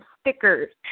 stickers